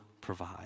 provide